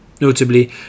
Notably